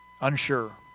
unsure